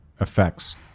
effects